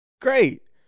Great